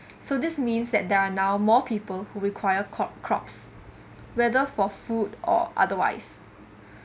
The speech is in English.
so this means that there are now more people who require crop crops whether for food or otherwise